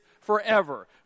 forever